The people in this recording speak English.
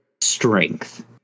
strength